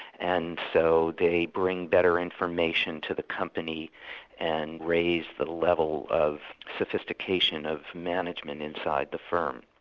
and so they bring better information to the company and raise the level of sophistication of management inside the firm.